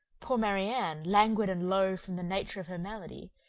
poor marianne, languid and low from the nature of her malady,